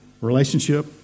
Relationship